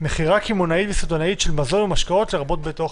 בנוגע לבתי אוכל?